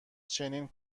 چنین